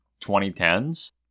2010s